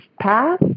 path